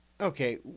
Okay